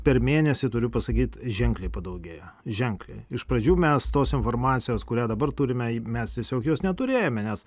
per mėnesį turiu pasakyti ženkliai padaugėjo ženkliai iš pradžių mes tos informacijos kurią dabar turime mes tiesiog jos neturėjome nes